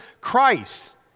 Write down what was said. Christ